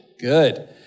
Good